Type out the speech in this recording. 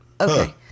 Okay